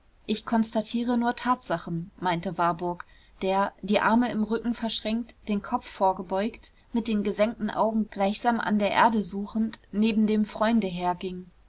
ich konstatiere nur tatsachen meinte warburg der die arme im rücken verschränkt den kopf vorgebeugt mit den gesenkten augen gleichsam an der erde suchend neben dem freunde herging